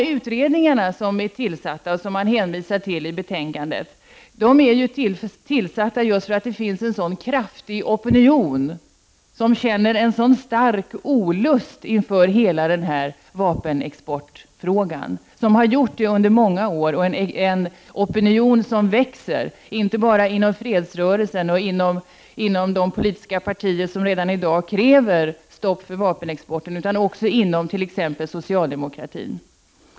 De utredningar som är tillsatta och som det hänvisas till i betänkandet är ju tillsatta just för att det finns en så kraftig opinion som känner så stark olust inför hela vapenexportfrågan. Den har gjort så under många år, och det är en opinion som växer — inte bara inom fredsrörelsen och de politiska partier som redan i dag kräver stopp för vapenexporten utan också inom t.ex. socialdemokratin.